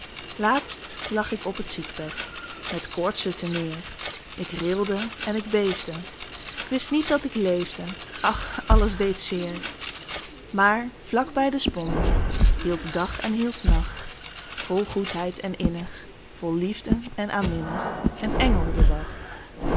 laatst lag ik op t ziekbed met koortsen terneer ik rilde en ik beefde k wist niet dat ik leefde ach alles deed zeer maar vlak bij de sponde hield dag en hield nacht pieter louwerse alles zingt vol goedheid en innig vol liefde en aanminnig een engel de wacht